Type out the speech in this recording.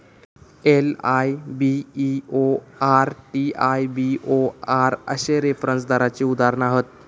LIBOR, TIBOR अश्ये reference दराची उदाहरणा हत